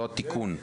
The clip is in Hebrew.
לא התיקון,